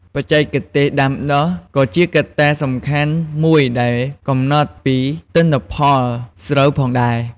បច្ចេកទេសដាំដុះ ក៏ជាកត្តាសំខាន់មួយដែលកំណត់ពីទិន្នផលស្រូវផងដែរ។